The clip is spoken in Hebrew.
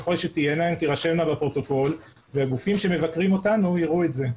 ככל שתהיינה הן תירשמנה בפרוטוקול וגופים שמבקרים אותנו יראו את זה.